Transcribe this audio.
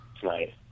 tonight